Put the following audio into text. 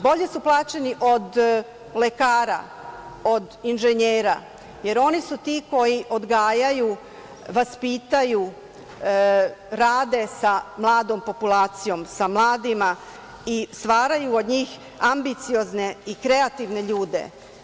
Bolje su plaćeni od lekara, od inženjera, jer oni su ti koji odgajaju, vaspitaju, rade sa mladom populacijom, sa mladima i stvaraju od njih ambiciozne i kreativne ljude.